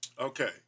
Okay